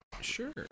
Sure